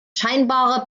scheinbare